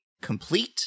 complete